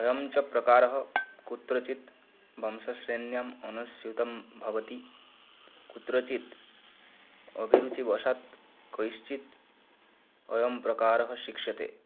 अयं च प्रकारः कुत्रचित् वंसश्रेण्याम् अनुसृतं भवति कुत्रचित् अभिरुचिवशात् कैश्चित् अयं प्रकारः शिक्ष्यते